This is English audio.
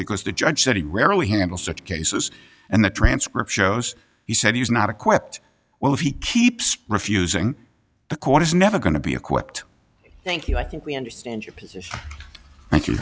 because the judge said he rarely handle such cases and the transcript shows he said he was not equipped well if he keeps refusing the court is never going to be equipped thank you i think we understand your position